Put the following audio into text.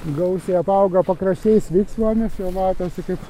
gausiai apaugo pakraščiais viksvomis čia matosi kaip